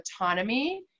autonomy